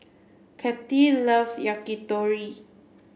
Cathy loves Yakitori